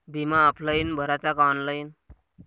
बिमा ऑफलाईन भराचा का ऑनलाईन?